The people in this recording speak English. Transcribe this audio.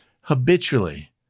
habitually